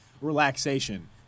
relaxation